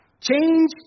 change